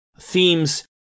themes